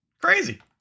Crazy